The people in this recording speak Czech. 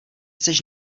seš